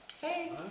Hey